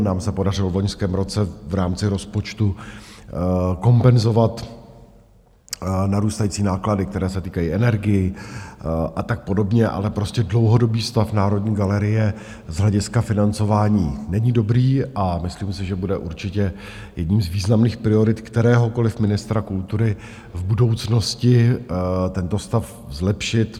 Nám se podařilo v loňském roce v rámci rozpočtu kompenzovat narůstající náklady, které se týkají energií a tak podobně, ale prostě dlouhodobý stav Národní galerie z hlediska financování není dobrý a myslím si, že bude určitě jedním z významných priorit kteréhokoliv ministra kultury v budoucnosti tento stav zlepšit.